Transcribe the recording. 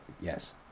Yes